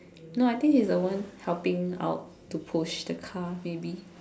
no I think he's the one helping out to push the car maybe